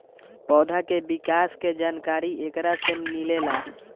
पौधा के विकास के जानकारी एकरा से मिलेला